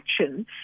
action